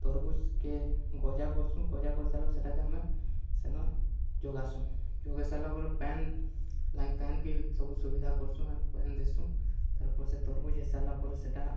ତରଭୁଜ୍କେ ଗଜା କରସୁଁ ଗଜା କରିସାରିଲା ପରେ ସେଟାକେ ଆମେ ସେନ ଯୋଗାସୁଁ ଯୋଗେଇସାରିଲା ପରେ ପାନ୍ ଲାଗି ପାନ୍ ବିିଲ୍ ସବୁ ସୁବିଧା କର୍ସୁଁ ଆର୍ ପାନ୍ ଦେସୁଁ ତାର୍ପରେ ସେ ତରଭୁଜ୍ ହେଇସାରିଲା ପରେ ସେଟା